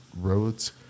roads